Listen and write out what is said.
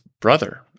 brother